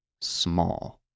small